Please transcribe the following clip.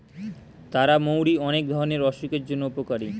তারা মৌরি অনেক ধরণের অসুখের জন্য উপকারী